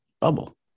bubble